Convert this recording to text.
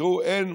תראו, אין,